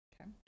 Okay